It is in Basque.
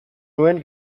nuen